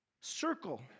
circle